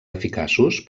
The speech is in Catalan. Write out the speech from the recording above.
eficaços